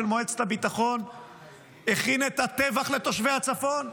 מועצת הביטחון הכין את הטבח לתושבי הצפון?